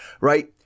Right